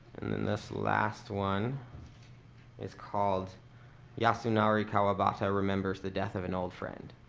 and then this last one is called yasunari kawabata remembers the death of an old friend.